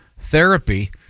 therapy